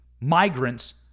migrants